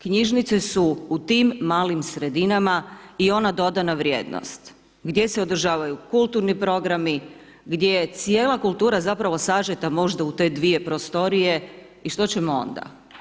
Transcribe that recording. Knjižnice su u tim malim sredinama i ona dodana vrijednost, gdje se održavaju kulturni programi, gdje je cijela kultura zapravo sažeta možda u te dvije prostorije i što ćemo onda?